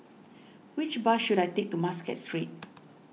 which bus should I take to Muscat Street